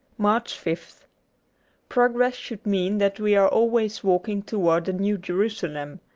march fifth progress should mean that we are always walking towards the new jerusalem.